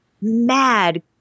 mad